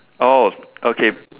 oh okay